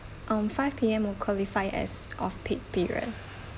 um five P_M will qualify as off peak period